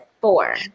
four